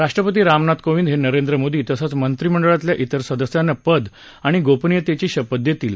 राष्ट्रपती रामनाथ कोविंद हे नरेंद्र मोदी तसंच मंत्री मंडळातल्या इतर सदस्यांना पद आणि गोपनीयतेची शपथ देतील